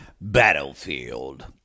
Battlefield